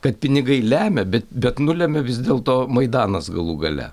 kad pinigai lemia bet bet nulemia vis dėlto maidanas galų gale